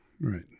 Right